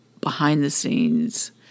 behind-the-scenes